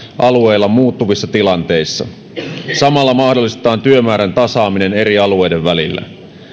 alueilla muuttuvissa tilanteissa samalla mahdollistetaan työmäärän tasaaminen eri alueiden välillä valtakunnallinen rakenne antaisi aiempaa